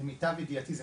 למיטב ידיעתי זה